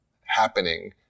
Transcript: happening